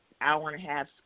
hour-and-a-half